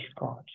God